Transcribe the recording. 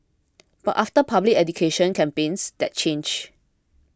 but after public education campaigns that changed